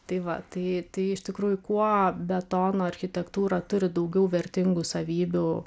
tai va tai tai iš tikrųjų kuo betono architektūra turi daugiau vertingų savybių